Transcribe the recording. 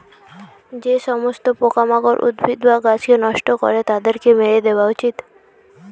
যে সমস্ত পোকামাকড় উদ্ভিদ বা গাছকে নষ্ট করে তাদেরকে মেরে দেওয়া উচিত